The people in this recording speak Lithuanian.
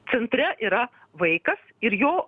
centre yra vaikas ir jo